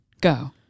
Go